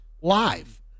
live